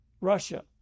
Russia